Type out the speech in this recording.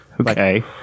Okay